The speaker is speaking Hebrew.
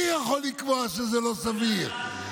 אני יכול לקבוע שזה לא סביר.